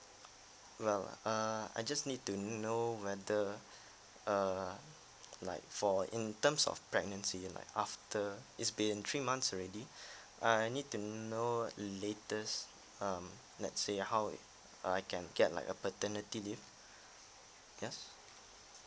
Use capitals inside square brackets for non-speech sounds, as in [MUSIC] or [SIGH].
well err I just need to know whether err like for in terms of pregnancy and like after it's been three months already [BREATH] I need to know latest um let's say how uh I can get like a paternity leave yes